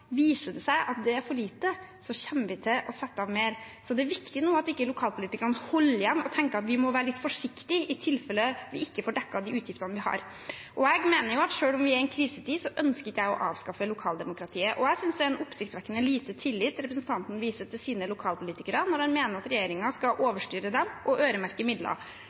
viser det seg at det er for lite, kommer vi til å sette av mer, så det er viktig at lokalpolitikerne nå ikke holder igjen og tenker at de må være litt forsiktige i tilfelle de ikke får dekket de utgiftene de har. Selv om vi er i en krisetid, ønsker jeg ikke å avskaffe lokaldemokratiet. Jeg synes det er en oppsiktsvekkende liten tillit representanten viser sine lokalpolitikere når han mener at regjeringen skal overstyre dem og øremerke midler.